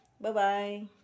Bye-bye